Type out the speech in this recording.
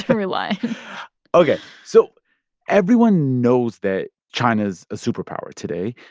throughline ok, so everyone knows that china's a superpower today.